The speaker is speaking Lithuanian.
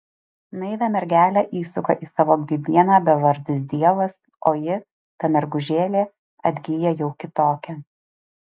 naivią mergelę įsuka į savo grybieną bevardis dievas o ji ta mergužėlė atgyja jau kitokia